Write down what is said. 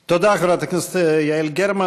תודה, חברת הכנסת יעל גרמן.